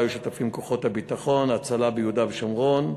שהיו שותפים לה כוחות הביטחון וההצלה ביהודה ושומרון,